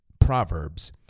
Proverbs